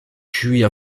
cuits